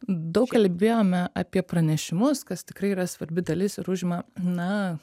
daug kalbėjome apie pranešimus kas tikrai yra svarbi dalis ir užima na